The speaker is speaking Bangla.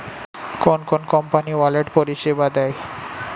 কোন কোন কোম্পানি ওয়ালেট পরিষেবা দেয়?